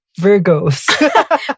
Virgos